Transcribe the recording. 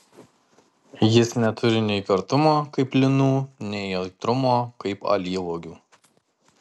jis neturi nei kartumo kaip linų nei aitrumo kaip alyvuogių